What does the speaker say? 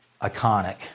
iconic